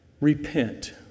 repent